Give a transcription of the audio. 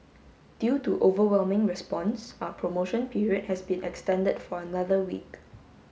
due to overwhelming response our promotion period has been extended for another week